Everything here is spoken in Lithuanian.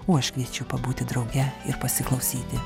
o aš kviečiu pabūti drauge ir pasiklausyti